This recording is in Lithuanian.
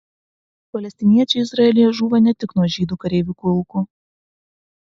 palestiniečiai izraelyje žūva ne tik nuo žydų kareivių kulkų